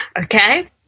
Okay